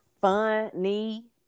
funny